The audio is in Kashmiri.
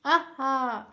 اَہا